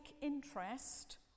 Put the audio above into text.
interest